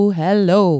hello